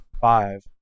five